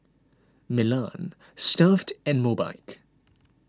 Milan Stuff'd and Mobike